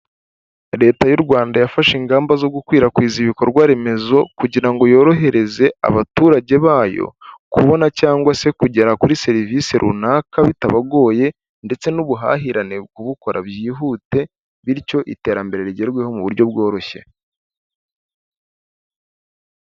Leta y'u Rwanda yafashe ingamba zo gukwirakwiza ibikorwa remezo kugira ngo yorohereze abaturage bayo kubona cyangwa se kugera kuri serivisi runaka bitabagoye ndetse n'ubuhahirane kubukora byihute, bityo iterambere rigerweho mu buryo bworoshye.